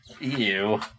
Ew